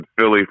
Philly